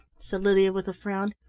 said lydia with a frown.